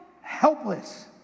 helpless